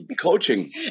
coaching